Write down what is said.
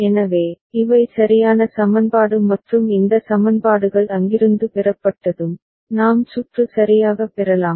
எனவே இவை சரியான சமன்பாடு மற்றும் இந்த சமன்பாடுகள் அங்கிருந்து பெறப்பட்டதும் நாம் சுற்று சரியாக பெறலாம்